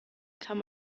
kann